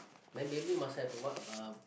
then maybe must have what uh